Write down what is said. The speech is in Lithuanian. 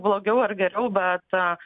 blogiau ar geriau bet